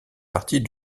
partie